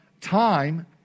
time